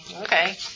Okay